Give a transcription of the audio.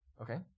Okay